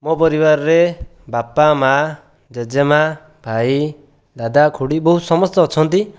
ମୋ ପରିବାରରେ ବାପା ମାଆ ଜେଜେମା ଭାଇ ଦାଦା ଖୁଡ଼ି ବହୁତ ସମସ୍ତେ ଅଛନ୍ତି